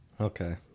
Okay